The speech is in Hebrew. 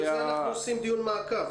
בגלל זה אנחנו עושים מעקב.